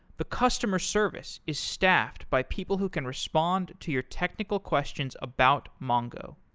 the customer service is staffed by people who can respond to your technical questions about mongo.